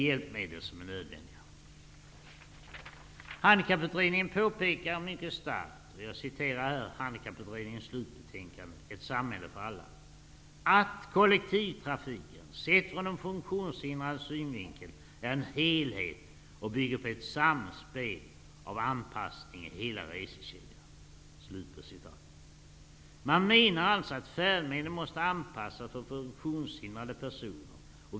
Handikapputredningen påpekar mycket starkt, och jag citerar här Handikapputredningens slut betänkande Ett samhälle för alla: ''Att kollektiv trafiken sett från den funktionshindrades synvin kel är en helhet och bygger på ett samspel av an passning i hela resekedjan.'' Man menar alltså att färdmedlen måste anpas sas till funktionshindrade personer.